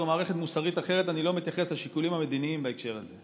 זו מערכת מוסרית אחרת ואני לא מתייחס לשיקולים המדיניים בהקשר הזה.